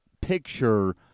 picture